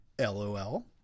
LOL